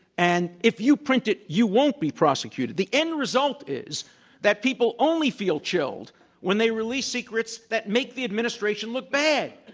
and if you print it, you won't be prosecuted. the end result is that people only feel chilled when they release secrets that make the administration look bad.